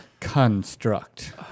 construct